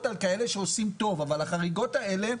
על כאלה שעושים טוב אבל החריגות האלה,